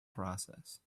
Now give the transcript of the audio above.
process